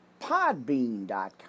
podbean.com